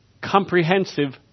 comprehensive